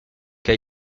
che